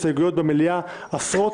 ההצעה אושרה.